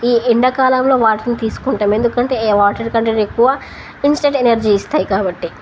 ఈ ఎండాకాలంలో వాటర్ని తీసుకుంటాం ఎందుకంటే ఏ వాటర్ కంటెంట్ ఎక్కువ ఇన్స్టెంట్ ఎనర్జీ ఇస్తాయి కాబట్టి